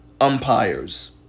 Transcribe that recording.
umpires